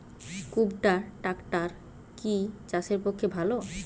কুবটার ট্রাকটার কি চাষের পক্ষে ভালো?